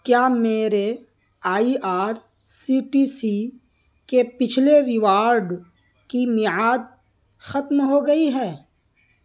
کیا میرے I R C T C کے پچھلے ریوارڈ کی میعاد ختم ہو گئی ہے